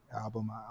album